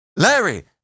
Larry